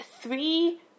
three